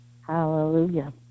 Hallelujah